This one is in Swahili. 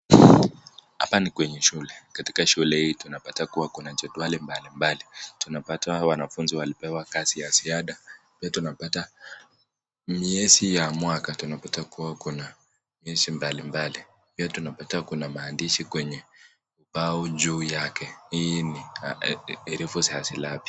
Hapa ni kwenye shule, katika shule hii tunapata kuwa kuna jedwali mbalimbali. Tunapata wanafunzi walipewa kazi ya ziada, pia tunapata miezi ya mwaka, tunapata kuwa kuna miezi mbalimbali, pia tunapata kuna maandishi kwenye ubao juu yake, hii ni herufi za silabi.